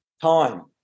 time